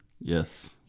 Yes